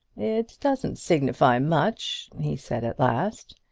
it doesn't signify much, he said, at last.